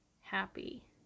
happy